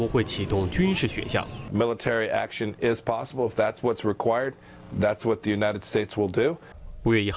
which you don't military action is possible if that's what's required that's what the united states will do we